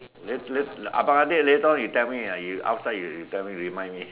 lat~ lat~ abang adik later on you tell me ah outside you tell me you remind me